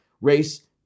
race